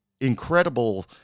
incredible